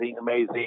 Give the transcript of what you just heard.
amazing